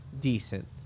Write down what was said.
Decent